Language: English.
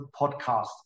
podcast